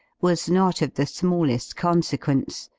was not of the smallest consequence.